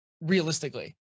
realistically